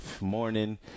morning